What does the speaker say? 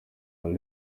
are